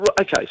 okay